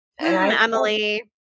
Emily